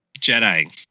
Jedi